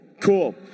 Cool